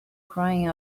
crying